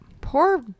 Poor